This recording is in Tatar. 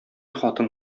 хатын